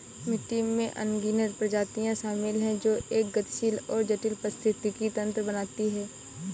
मिट्टी में अनगिनत प्रजातियां शामिल हैं जो एक गतिशील और जटिल पारिस्थितिकी तंत्र बनाती हैं